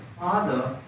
Father